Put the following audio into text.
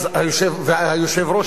והיושב-ראש,